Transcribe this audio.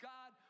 God